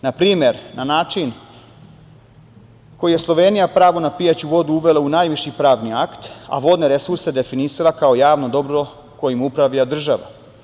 Na primer, na način koji je Slovenija pravo n pijaću vodu uvela u najviši pravni akt, a vodne resurse definisala kao javno dobro kojim upravlja država.